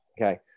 Okay